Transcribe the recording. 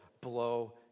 blow